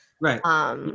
Right